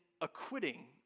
acquitting